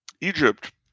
Egypt